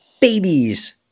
babies